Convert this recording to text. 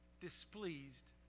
displeased